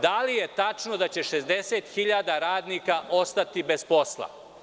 Da li je tačno da će 60.000 radnika ostati bez posla?